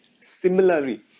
Similarly